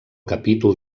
capítol